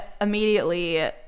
immediately